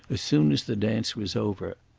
as soon as the dance was over.